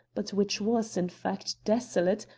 but which was, in fact, desolate,